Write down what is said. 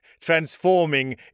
transforming